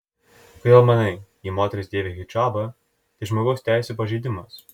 kodėl manai jei moteris dėvi hidžabą tai žmogaus teisių pažeidimas